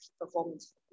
performance